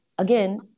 Again